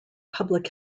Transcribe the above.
public